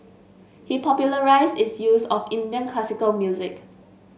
he popularised its use of Indian classical music